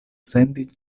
sendi